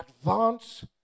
advance